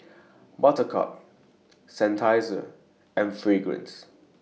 Buttercup Seinheiser and Fragrance